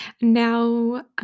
now